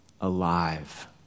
alive